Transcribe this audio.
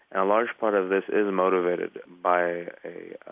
a large part of this is motivated by a